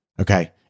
Okay